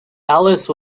alice